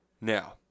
Now